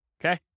okay